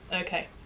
Okay